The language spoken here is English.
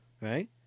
right